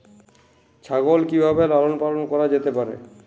ছাগল কি ভাবে লালন পালন করা যেতে পারে?